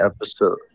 episode